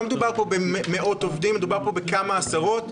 לא מדובר במאות עובדים אלא בכמה עשרות.